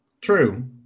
True